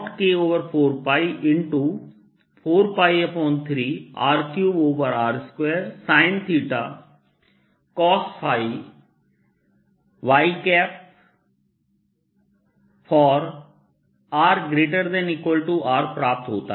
ds4π3rsinθcosϕ for r≤R इसलिए Ar के लिए मेरा उत्तर 0K4π4π3 R3r2sinθ sin x0K4π4π3 R3r2sinθ cos y r≥Rप्राप्त होता है